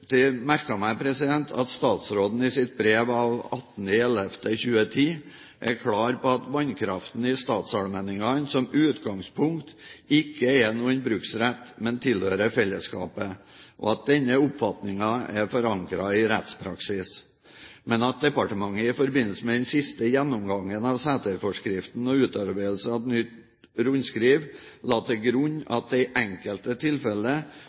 imidlertid merket meg at statsråden i sitt brev av 18. november 2010, er klar på at vannkraften i statsallmenningene som utgangspunkt ikke er noen bruksrett, men tilhører fellesskapet, og at denne oppfatning er forankret i rettspraksis. Departementet la i forbindelse med den siste gjennomgangen av seterforskriften og utarbeidelse av nytt rundskriv til grunn at det i enkelte tilfeller